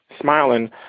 smiling